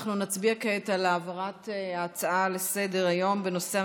אנחנו נצביע כעת על העברת ההצעה לסדר-היום בנושא: